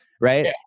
right